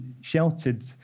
sheltered